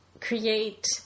create